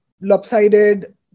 lopsided